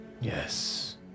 Yes